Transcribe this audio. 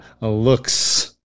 looks